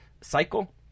cycle